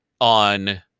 on